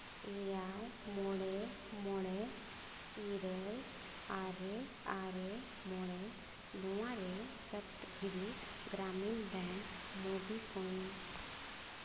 ᱮᱭᱟᱭ ᱢᱚᱬᱮ ᱢᱚᱬᱮ ᱤᱨᱟᱹᱞ ᱟᱨᱮ ᱟᱨᱮ ᱢᱚᱬᱮ ᱱᱚᱣᱟ ᱨᱮ ᱥᱚᱯᱛ ᱜᱨᱤ ᱜᱨᱟᱢᱤᱱ ᱵᱮᱝᱠ ᱢᱩᱵᱤᱠᱩᱭᱤᱠ